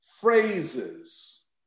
phrases